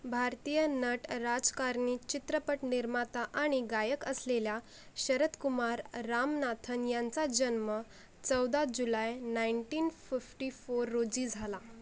भारतीय नट राजकारणी चित्रपट निर्माता आणि गायक असलेल्या शरतकुमार रामनाथन यांचा जन्म चौदा जुलाय नाईनटीन फिफ्टी फोर रोजी झाला